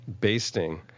Basting